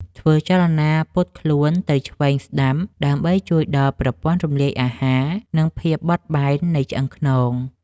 ធ្វើចលនាពត់ខ្លួនទៅឆ្វេងស្ដាំ ដើម្បីជួយដល់ប្រព័ន្ធរំលាយអាហារ និងភាពបត់បែននៃឆ្អឹងខ្នង។